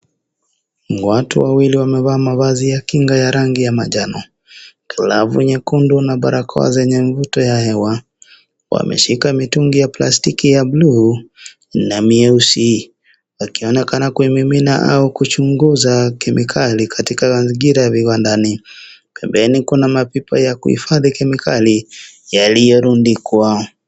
Watu wawili wamevaa mavazi ya kinga ya manjano glavu nyekundu na barakoa zenye mvuto ya hewa. Wameshika mitungi ya plastiki ya bluu, na mieusi wakionekana kuimimina au kuchunguza kemikali katika mazingira ya viwandani. pembeni kuna mapipa ya kuhifadhi kemikali yaliyorundikwa.